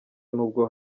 nubwo